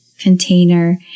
container